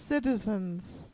citizens